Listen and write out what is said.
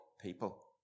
people